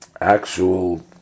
actual